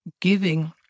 giving